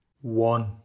One